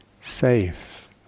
safe